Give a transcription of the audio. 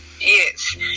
Yes